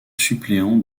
suppléant